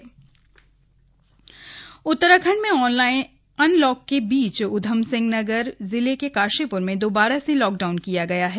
CM on lockdown Uttarakhand में unlock के बीच उधमसिंह नगर जिले के काशीप्र में दोबारा से लॉकडाउन किया गया है